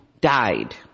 died